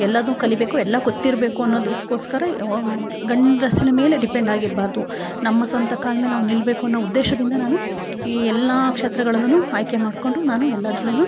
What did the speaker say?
ಎಲ್ಲದನ್ನು ಕಲೀಬೇಕು ಎಲ್ಲ ಗೊತ್ತಿರಬೇಕು ಅನ್ನೋದಕ್ಕೋಸ್ಕರ ಗಂಡಸಿನ ಮೇಲೆ ಡಿಪೆಂಡ್ ಆಗಿರಬಾರ್ದು ನಮ್ಮ ಸ್ವಂತ ಕಾಲ ಮೇಲೆ ನಾವು ನಿಲ್ಲಬೇಕು ಅನ್ನೋ ಉದ್ದೇಶದಿಂದ ನಾನು ಈ ಎಲ್ಲಾ ಕ್ಷೇತ್ರಗಳಲ್ಲೂನು ಆಯ್ಕೆ ಮಾಡಿಕೊಂಡು ನಾನು ಎಲ್ಲಾದ್ರಲ್ಲೂನು